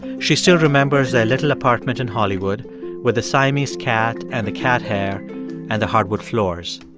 she still remembers their little apartment in hollywood with a siamese cat and the cat hair and the hardwood floors.